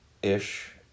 Ish